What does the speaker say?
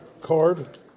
card